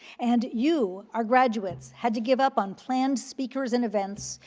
and you, our graduates, had to give up on plans, speakers, and events,